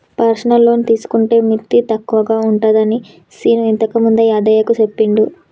personal loan తీసుకుంటే మిత్తి తక్కువగా ఉంటుందని శీను ఇంతకుముందే యాదయ్యకు చెప్పిండు